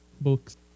books